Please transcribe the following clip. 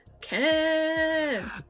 ken